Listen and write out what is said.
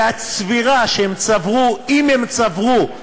והצבירה שהם צברו, אם הם צברו,